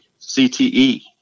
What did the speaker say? CTE